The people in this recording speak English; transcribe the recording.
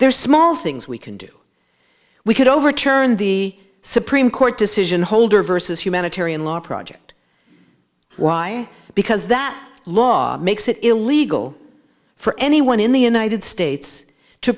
are small things we can do we could overturn the supreme court decision holder versus humanitarian law project why because that law makes it illegal for anyone in the united states to